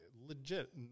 legit